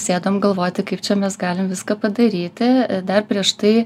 sėdom galvoti kaip čia mes galim viską padaryti dar prieš tai